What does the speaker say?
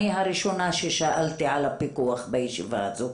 אני הראשונה ששאלתי על הפיקוח בישיבה הזו,